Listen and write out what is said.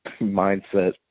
mindset